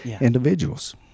individuals